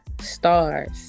Stars